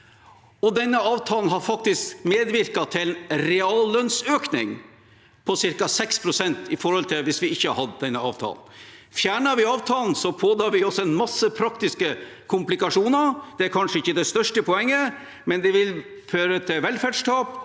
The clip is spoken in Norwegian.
denne avtalen har faktisk medvirket til reallønnsøkning på ca. 6 pst. i forhold til hvis vi ikke hadde den avtalen. Fjerner vi avtalen, pådrar vi oss masse praktiske komplikasjoner. Det er kanskje ikke det største poenget, men det vil føre til velferdstap